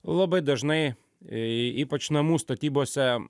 labai dažnai ypač namų statybose